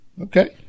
Okay